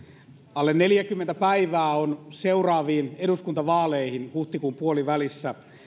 alle neljäkymmentä päivää on seuraaviin eduskuntavaaleihin huhtikuun puolivälissä